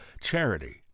charity